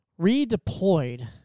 Redeployed